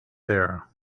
there